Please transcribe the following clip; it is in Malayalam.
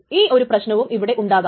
ഈ ഒരു പ്രശ്നവും ഇവിടെ ഉണ്ടാകാം